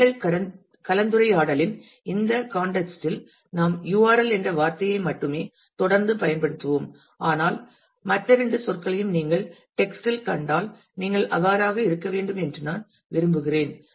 எங்கள் கலந்துரையாடலின் இந்த கான்டெக்ஸ்ட்இல் நாம் URL என்ற வார்த்தையை மட்டுமே தொடர்ந்து பயன்படுத்துவோம் ஆனால் மற்ற இரண்டு சொற்களையும் நீங்கள் டெக்ஸ்ட் ல் கண்டால் நீங்கள் அவேர் ஆக இருக்க வேண்டும் என்று நான் விரும்புகிறேன்